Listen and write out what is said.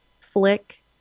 flick